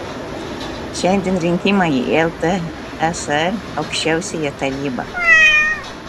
šiandien rinkimai į ltsr aukščiausiąją tarybą